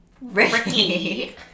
Ricky